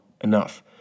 enough